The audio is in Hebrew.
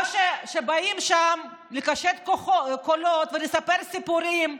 או שבאים לשם לקושש קולות ולספר סיפורים,